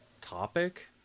topic